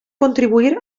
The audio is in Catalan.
contribuir